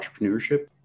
entrepreneurship